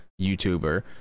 YouTuber